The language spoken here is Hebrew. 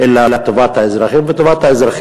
אלא טובת האזרחים,